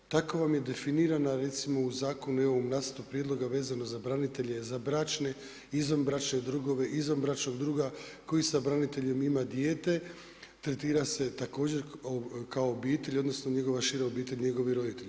Tako vas je definirana recimo u zakonu i u ovom nacrtu prijedloga vezano za branitelje, za bračne i izvanbračne drugove, izvanbračnog druga koji sa braniteljem ima dijete tretira se također kao obitelj odnosno njegova obitelji, njegovi roditelji.